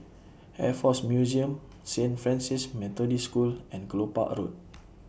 Air Force Museum Saint Francis Methodist School and Kelopak Road